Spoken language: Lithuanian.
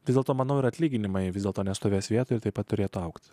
vis dėlto manau ir atlyginimai vis dėlto nestovės vietoje taip pat turėtų augti